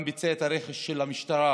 וגם ביצע את הרכש של המשטרה,